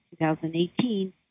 2018